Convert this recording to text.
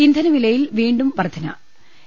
ഇന്ധനവിലയിൽ വീണ്ടും വർദ്ധനവ്